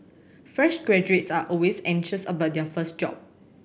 fresh graduates are always anxious about their first job